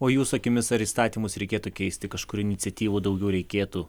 o jūsų akimis ar įstatymus reikėtų keisti kažkur iniciatyvų daugiau reikėtų